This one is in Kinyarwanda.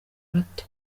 bato